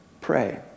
pray